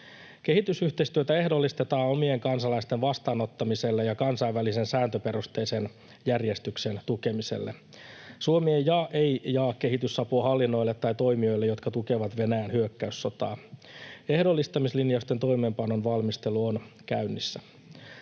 Kehitysyhteistyötä ehdollistetaan omien kansalaisten vastaanottamiselle ja kansainvälisen sääntöperusteisen järjestyksen tukemiselle. Suomi ei jaa kehitysapua hallinnoille tai toimijoille, jotka tukevat Venäjän hyökkäyssotaa. Ehdollistamislinjausten toimeenpanon valmistelu on käynnissä.